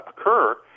occur